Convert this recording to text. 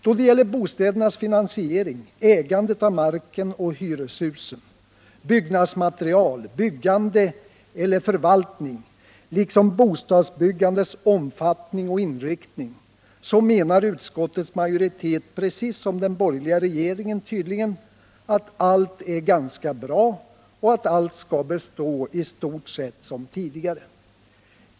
Då det gäller bostädernas finansiering, ägandet av marken och hyreshusen, byggnadsmaterial, byggande eller förvaltning liksom bostadsbyggandets omfattning och inriktning menar utskottets majoritet, precis som den borgerliga regeringen, tydligen att allt är ganska bra och att allt skall bestå i stort sett som tidigare.